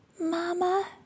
Mama